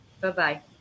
Bye-bye